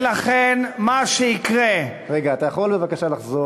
ולכן, מה שיקרה, אתה יכול בבקשה לחזור?